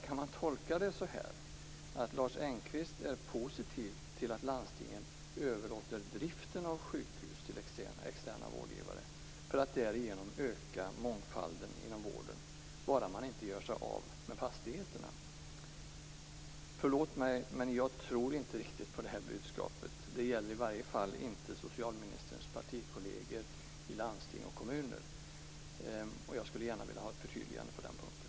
Kan jag tolka detta så, att Lars Engqvist är positiv till att landstingen överlåter driften av sjukhus till externa vårdgivare för att därigenom öka mångfalden inom vården, bara man inte gör sig av med fastigheterna? Förlåt mig, men jag tror inte på det budskapet. Det gäller i varje fall inte socialministerns partikolleger i landsting och kommuner. Jag skulle gärna vilja ha ett förtydligande på den punkten.